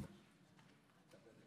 תודה,